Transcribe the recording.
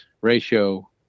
ratio